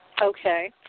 Okay